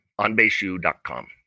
OnBaseU.com